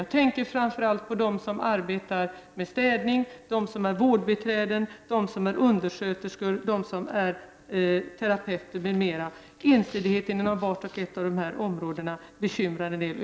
Jag tänker framför allt på dem som arbetar med städning, på dem som är vårdbiträden, undersköterskor, terapeuter m.fl. Ensidigheten inom vart och ett av dessa områden bekymrar en del.